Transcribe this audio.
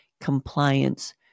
compliance